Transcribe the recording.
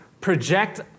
project